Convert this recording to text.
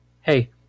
hey